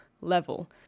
level